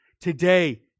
today